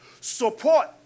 Support